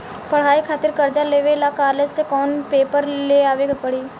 पढ़ाई खातिर कर्जा लेवे ला कॉलेज से कौन पेपर ले आवे के पड़ी?